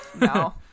No